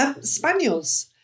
Spaniels